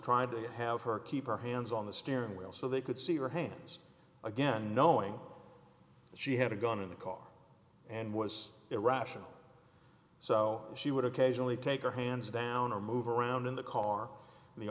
tried to have her keep her hands on the steering wheel so they could see her hands again knowing that she had a gun in the car and was irrational so she would occasionally take her hands down or move around in the car